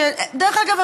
דרך אגב,